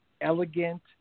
elegant